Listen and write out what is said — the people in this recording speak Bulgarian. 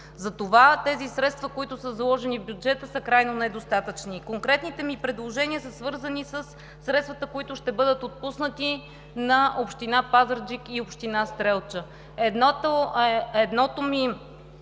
затова тези средства, които са заложени в бюджета, са крайно недостатъчни. Конкретните ми предложения са свързани със средствата, които ще бъдат отпуснати на община Пазарджик и община Стрелча.